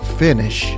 finish